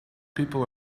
people